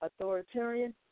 authoritarian